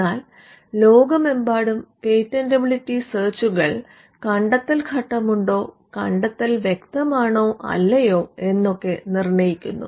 എന്നാൽ ലോകമെമ്പാടും പേറ്റന്റെബിലിറ്റി സെർച്ചുകൾ കണ്ടെത്തൽ ഘട്ടമുണ്ടോ കണ്ടെത്തൽ വ്യക്തമാണോ അല്ലയോ എന്നൊക്കെ നിർണ്ണയിക്കുന്നു